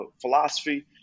philosophy